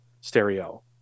stereo